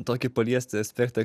tokį paliesti aspektą